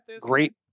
great